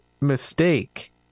mistake